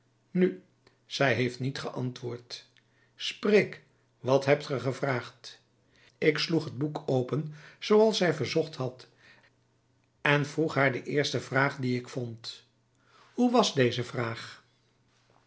nu zij heeft niet geantwoord spreek wat hebt ge gevraagd ik sloeg het boek open zooals zij verzocht had en vroeg haar de eerste vraag die ik vond hoe was deze vraag